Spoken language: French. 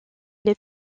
les